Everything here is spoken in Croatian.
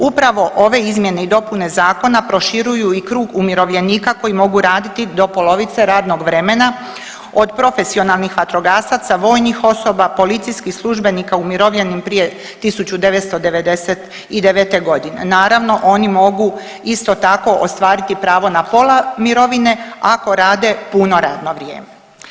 Upravo ove izmjene i dopune Zakona proširuju i krug umirovljenika koji mogu raditi do polovice radnog vremena, od profesionalnih vatrogasaca, vojnih osoba, policijskih službenika umirovljenim prije 1999. g. Naravno, oni mogu isto tako ostvariti pravo na pola mirovine ako rade puno radno vrijeme.